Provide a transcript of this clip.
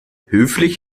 höflich